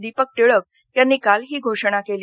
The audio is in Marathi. दीपक टिळक यांनी काल ही घोषणा केली